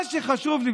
מה שחשוב לי,